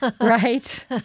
right